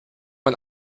man